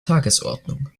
tagesordnung